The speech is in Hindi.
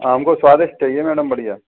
हाँ हमको स्वादिष्ट चाहिए मैडम बढ़िया